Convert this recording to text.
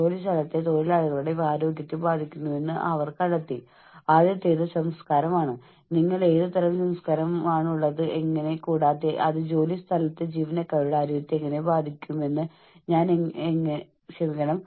മാനവവിഭവശേഷി പ്രൊഫഷണലുകളുടെ വീക്ഷണകോണിൽ നിന്ന് നോക്കുമ്പോൾ മനഃശാസ്ത്രപരമായ സുരക്ഷാ പരിതസ്ഥിതി എന്നത് ജോലിസ്ഥലത്ത് മാനസിക ആരോഗ്യത്തിനും ക്ഷേമത്തിനും നൽകുന്ന മുൻഗണനയെ പ്രതിനിധീകരിക്കുന്നു